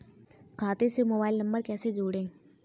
खाते से mobile number कैसे जोड़ें?